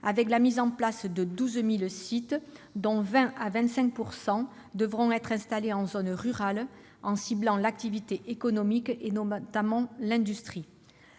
avec la mise en place de 12 000 sites, dont 20 à 25 % devront être installés en zone rurale en ciblant l'activité économique, notamment l'industrie.